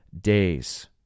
days